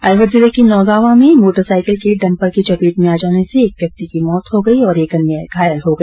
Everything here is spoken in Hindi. अलवर जिले के नौगावां थाना क्षेत्र में मोटरसाइकिल के डंपर की चपेट में आ जाने से एक व्यक्ति की मौत हो गई और एक अन्य घायल हो गया